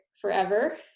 forever